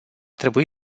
trebui